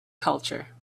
culture